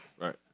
right